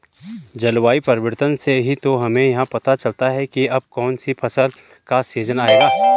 जलवायु परिवर्तन से ही तो हमें यह पता चलता है की अब कौन सी फसल का सीजन आयेगा